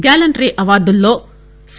gallantry అవార్డుల్లో C